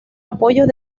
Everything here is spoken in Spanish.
apoyos